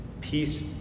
Peace